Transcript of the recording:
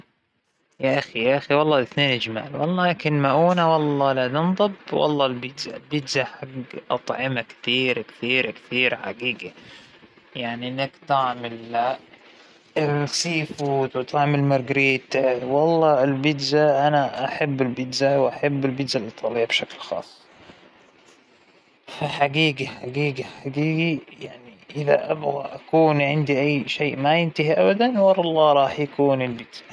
أعتقد أن مأبى أحصل لا على هذا ولا على هذا، ترى كل شى يزيد عن حده بينجلب لضه، إى أنا أحب البيزا أحب الأيس كريم، لكن قصة إنه لا تنضب لا ما أعتقد إنى أفضل يكون عندى البيزا الأيس كريم، فى أشياء ثانية أهم وأساسية وضرورية راح أختارها عنهم.